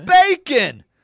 bacon